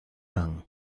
han